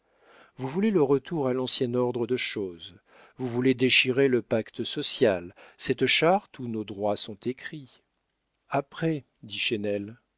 vous voulez le retour à l'ancien ordre de choses vous voulez déchirer le pacte social cette charte où nos droits sont écrits après